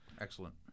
Excellent